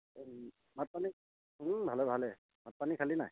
এই হেৰি ভাত পানী ভালেই ভালেই ভাত পানী খালি নাই